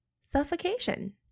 Suffocation